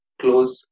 close